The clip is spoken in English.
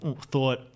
thought